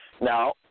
Now